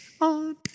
on